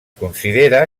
considera